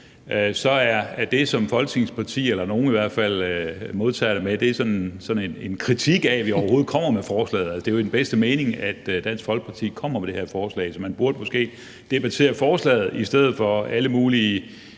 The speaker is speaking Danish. så er det, som Folketingets partier eller i hvert fald nogle af dem modtager det med, sådan en kritik af, at vi overhovedet kommer med forslaget. Altså, det er jo i den bedste mening, Dansk Folkeparti kommer med det her forslag, så man burde måske debattere forslaget i stedet for alle mulige